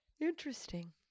Interesting